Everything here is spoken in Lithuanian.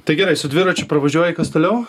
tai gerai su dviračiu pravažiuoji kas toliau